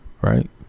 Right